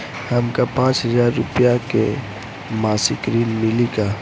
हमका पांच हज़ार रूपया के मासिक ऋण मिली का?